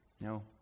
no